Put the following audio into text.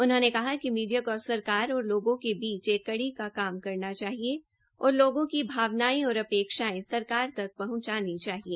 उन्होंने कहा कि मीडिया को सरकार और लोगों के बीच एक कड़ी का काम करना चाहिए और लोगों की भावनायें और अपेक्षायें सरकार तक पहचानी चाहिए